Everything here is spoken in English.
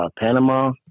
Panama